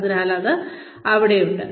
അതിനാൽ അത് അവിടെയുണ്ട്